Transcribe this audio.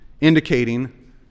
indicating